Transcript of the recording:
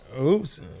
Oops